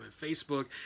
Facebook